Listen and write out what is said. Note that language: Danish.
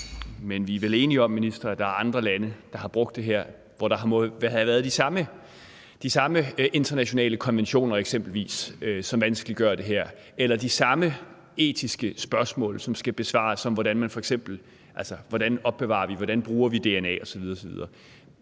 Men vi er vel enige om, minister, at der er andre lande, der har brugt det her, og hvor der eksempelvis må have været de samme internationale konventioner, som vanskeliggør det her, eller de samme etiske spørgsmål, som skal besvares, f.eks. om, hvordan man opbevarer, og hvordan man bruger dna, osv. osv.